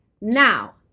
Now